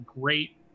great